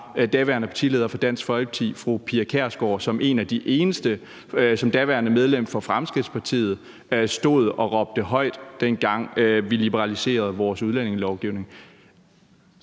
fra daværende partileder for Dansk Folkeparti fru Pia Kjærsgaard, der som daværende medlem for Fremskridtspartiet stod og råbte højt, dengang vi liberaliserede vores udlændingelovgivning.